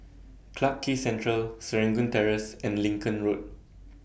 Clarke Quay Central Serangoon Terrace and Lincoln Road